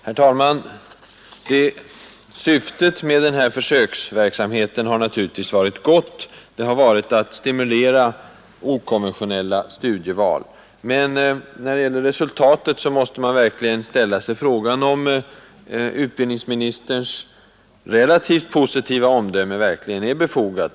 Herr talman! Syftet med den här försöksverksamheten har naturligtvis varit gott. Det har varit att stimulera till okonventionella studieval. Men när det gäller resultatet måste man ställa sig frågan om utbildningsministerns relativt positiva omdöme verkligen är befogat.